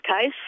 case